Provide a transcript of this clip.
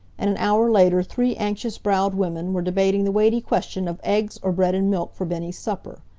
and an hour later three anxious-browed women were debating the weighty question of eggs or bread-and-milk for bennie's supper.